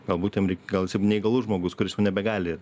galbūt jam gal jis neįgalus žmogus kuris jau nebegali